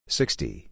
sixty